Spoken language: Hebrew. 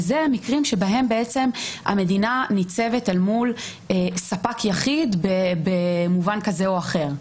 ואלה המקרים שבהם בעצם המדינה ניצבת אל מול ספק יחיד במובן כזה או אחר.